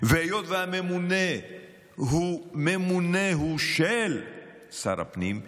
והיות שהממונה הוא הוא ממונה של שר הפנים,